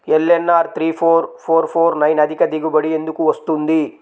LNR three four four four nine అధిక దిగుబడి ఎందుకు వస్తుంది?